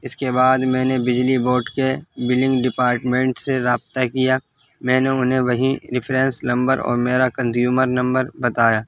اس کے بعد میں نے بجلی بورڈ کے بلنگ ڈپارٹمنٹ سے رابطہ کیا میں نے انہیں وہیں ریفرینس نمبر اور میرا کنزیومر نمبر بتایا